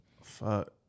Fuck